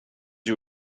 you